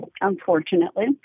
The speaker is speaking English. unfortunately